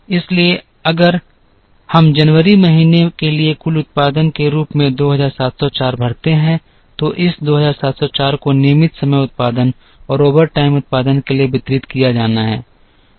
इसलिए अगर हम जनवरी महीने के लिए कुल उत्पादन के रूप में 2704 भरते हैं तो इस 2704 को नियमित समय उत्पादन और ओवरटाइम उत्पादन के लिए वितरित किया जाना है